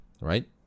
right